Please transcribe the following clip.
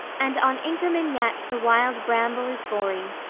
and on inkerman yet the wild bramble is gory,